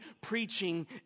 preaching